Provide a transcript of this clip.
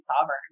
sovereign